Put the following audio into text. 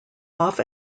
off